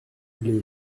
les